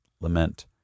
lament